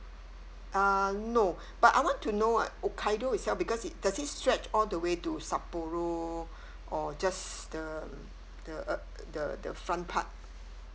uh no but I want to know uh hokkaido itself because it does it stretch all the way to sapporo or just the the uh the the front part